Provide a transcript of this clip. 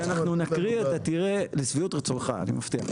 כשאנחנו נקריא את תראה, לשביעות רצונך, אני מבטיח.